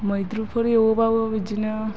मैद्रुफोर एवोबाबो बिदिनो